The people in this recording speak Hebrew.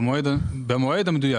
במועד המדויק.